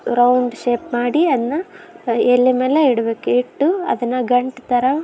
round shape ಮಾಡಿ ಅದನ್ನ ಎಲೆಮೇಲೆ ಇಡ್ಬೇಕು ಇಟ್ಟು ಅದನ್ನು ಗಂಟು ಥರ